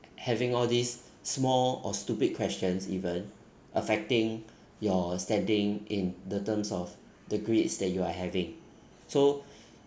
having all these small or stupid questions even affecting your standing in the terms of the grades that you are having so